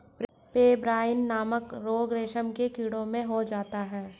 pebrine नामक रोग रेशम के कीड़ों में हो जाता है